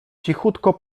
cichutko